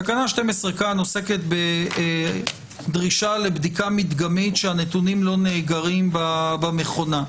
תקנה 12 כאן עוסקת בדרישה לבדיקה מדגמית כשהנתונים לא נאגרים במכונה,